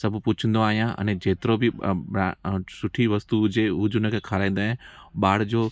सब पुछंदो आहियां अने जेतिरो बि अ ब अं सुठी वस्तु हुजे हू जो इनखे खाराईंदा आहे ॿार जो